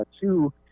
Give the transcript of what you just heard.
two